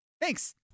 Thanks